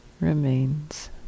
remains